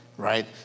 Right